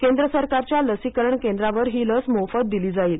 केंद्र सरकारच्या लसीकरण केंद्रांवर ही लस मोफत दिली जाईल